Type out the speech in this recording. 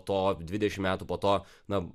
to dvidešim metų po to na